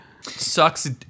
Sucks